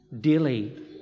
daily